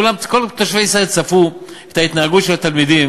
כל תושבי ישראל צפו בהתנהגות של התלמידים